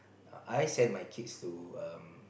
I send my kids to um